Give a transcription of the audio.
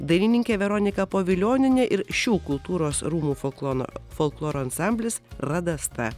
dainininkė veronika povilionienė ir šių kultūros rūmų folkloro folkloro ansamblis radasta